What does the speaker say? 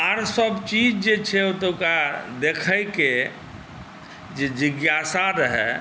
आओरसब चीज जे छै ओतुका देखैके जे जिज्ञासा रहै